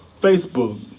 Facebook